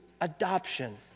adoption